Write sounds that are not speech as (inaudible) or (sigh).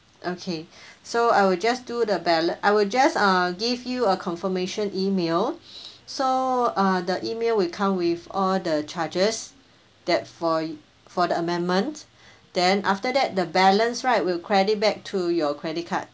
okay (breath) so I will just do the balance I will just uh give you a confirmation email (breath) so uh the email will come with all the charges that for for the amendment then after that the balance right will credit back to your credit card